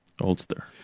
Oldster